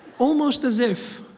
almost as if,